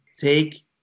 take